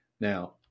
Now